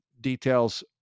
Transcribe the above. Details